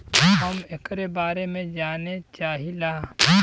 हम एकरे बारे मे जाने चाहीला?